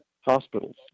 hospitals